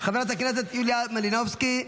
חברת הכנסת יוליה מלינובסקי,